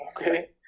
Okay